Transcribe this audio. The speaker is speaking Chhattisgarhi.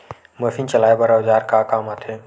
मशीन चलाए बर औजार का काम आथे?